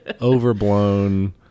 overblown